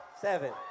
Seven